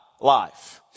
life